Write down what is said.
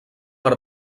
per